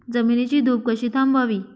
जमिनीची धूप कशी थांबवावी?